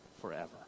forever